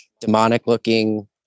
demonic-looking